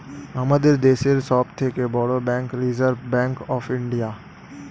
আমাদের দেশের সব থেকে বড় bank reserve bank of India